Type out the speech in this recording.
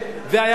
זה היה חוקי?